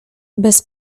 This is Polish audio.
bez